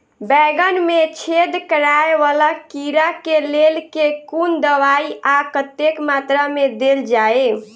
बैंगन मे छेद कराए वला कीड़ा केँ लेल केँ कुन दवाई आ कतेक मात्रा मे देल जाए?